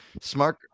Smart